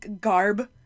garb